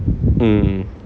mm